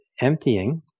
emptying